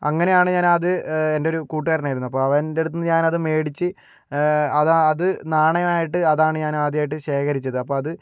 അങ്ങനെയാണ് ഞാൻ അത് എൻ്റെ ഒരു കൂട്ടുകാരനായിരുന്നു അപ്പോൾ അവൻ്റെ അടുത്തുനിന്ന് ഞാൻ അത് മേടിച്ച് അതാണ് അത് നാണമായിട്ട് അതാണ് ഞാൻ ആദ്യമായിട്ട് ശേഖരിച്ചത് അപ്പോൾ അത്